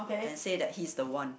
and say that he's the one